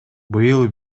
быйыл